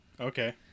Okay